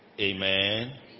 Amen